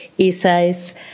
essays